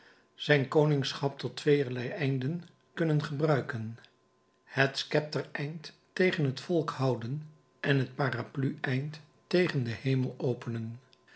zijn koningschap tot tweeërlei einden kunnen gebruiken het schepter eind tegen het volk houden en het parapluie eind tegen den hemel openen